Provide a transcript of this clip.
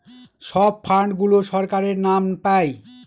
সব ফান্ড গুলো সরকারের নাম পাই